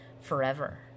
forever